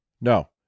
no